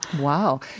Wow